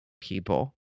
people